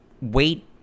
wait